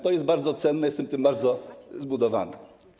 To jest bardzo cenne, jestem tym bardzo zbudowany.